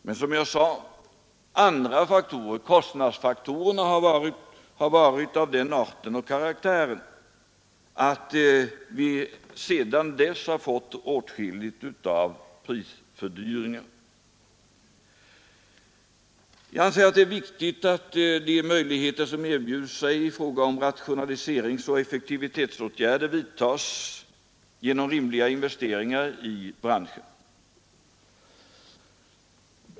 Men som jag sade har kostnadsfaktorerna varit av den karaktären att vi sedan dess har fått åtskilliga prishöjningar. Jag anser att det är viktigt att de möjligheter som erbjuder sig i fråga om rationaliseringsoch effektivitetsåtgärder tas till vara genom rimliga investeringar i branschen.